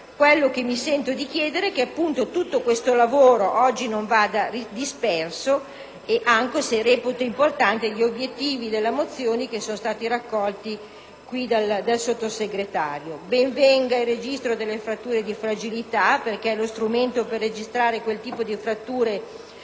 Quello che mi sento di chiedere è che tutto questo lavoro oggi non vada disperso, anche se reputo importanti gli obiettivi contenuti nelle mozioni, che sono stati qui raccolti dal Sottosegretario. Ben venga il Registro delle fratture di fragilità, perché è lo strumento per registrare quel tipo di fratture